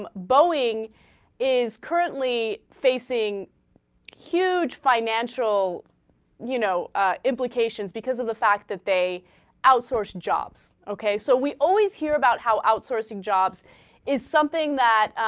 um boeing is currently facing huge financial you know ah. implications because of the fact that they outsourced jobs okay so we always hear about how outsourcing jobs is something that